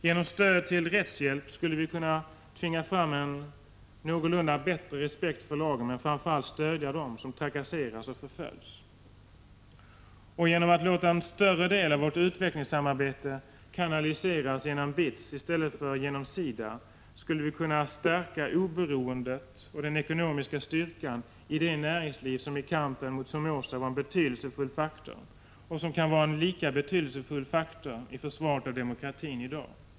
Genom stöd till rättshjälp skulle vi kunna tvinga fram en bättre respekt för lagen men framför allt stödja dem som trakasseras och förföljs. Genom att låta en större del av vårt utvecklingssamarbete kanaliseras genom BITS i stället för genom SIDA skulle vi kunna stärka oberoendet och den ekonomiska styrkan hos det näringsliv som i kampen mot Somoza var en betydelsefull faktor och som kan vara en lika betydelsefull faktor i försvaret av demokratin i dag.